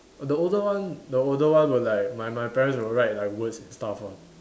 the older one the older one will like my my parents will write like words and stuff ah